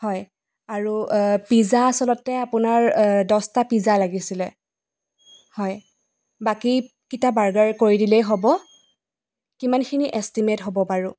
হয় আৰু পিজ্জা আচলতে আপোনাৰ দহটা পিজ্জা লাগিছিলে হয় বাকীকেইটা বাৰ্গাৰ কৰি দিলেই হ'ব কিমানখিনি এষ্টিমেট হ'ব বাৰু